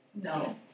No